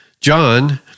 John